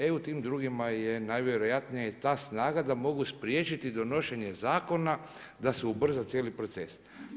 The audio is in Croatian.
E u tim drugima je najvjerojatnije i ta snaga da mogu spriječiti donošenje zakona da se ubrza cijeli proces.